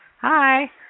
Hi